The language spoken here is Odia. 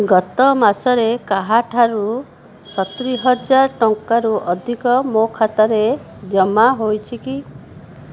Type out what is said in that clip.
ଗତ ମାସରେ କାହାଠାରୁ ସତୁରି ହଜାର ଟଙ୍କାରୁ ଅଧିକ ମୋ ଖାତାରେ ଜମା ହୋଇଛି କି